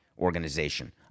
organization